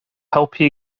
helpu